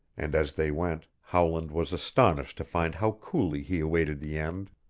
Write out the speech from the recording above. and as they went howland was astonished to find how coolly he awaited the end.